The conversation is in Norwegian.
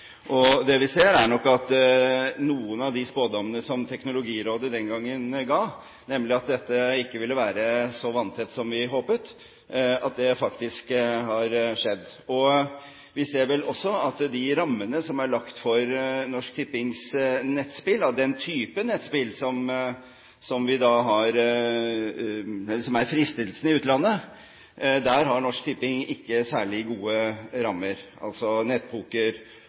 Det vi ser, er nok at noen av de spådommene som Teknologirådet den gangen ga, nemlig at dette ikke ville være så vanntett som vi håpet, faktisk har gått i oppfyllelse. Vi ser vel også at de rammene som er lagt for Norsk Tippings nettspill – av den type nettspill som er fristelsen i utlandet, altså nettpoker og den type spill – ikke er særlig gode. I